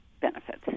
benefits